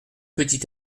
petit